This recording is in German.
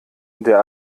der